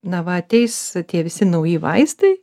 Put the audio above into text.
na va ateis tie visi nauji vaistai